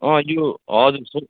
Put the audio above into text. अँ यो हजुर